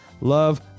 love